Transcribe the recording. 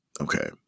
Okay